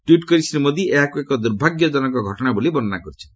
tweet କରି ଶ୍ରୀ ମୋଦି ଏହାକୁ ଏକ ଦୁର୍ଭାଗ୍ୟଜନକ ଘଟଣା ବୋଲି କହିଛନ୍ତି